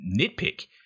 nitpick